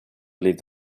believe